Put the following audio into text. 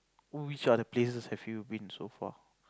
which other places have you been so far